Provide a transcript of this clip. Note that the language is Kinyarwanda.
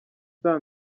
saa